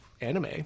anime